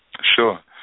Sure